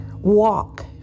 Walk